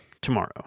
tomorrow